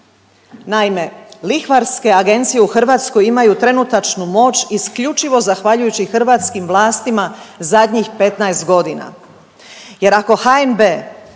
Naime, lihvarske agencije u Hrvatskoj imaju trenutačnu moć isključivo zahvaljujući hrvatskim vlastima zadnjih 15 godina jer ako HNB,